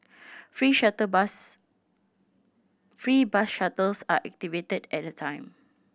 free shuttle bus free bus shuttles are activated at the time